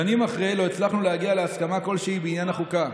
שנים אחרי לא הצלחנו להגיע להסכמה כלשהי בעניין החוקה,